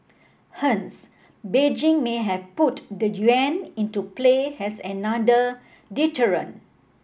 hence Beijing may have put the yuan into play as another deterrent